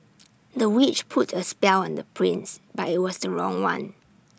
the witch put A spell on the prince but IT was the wrong one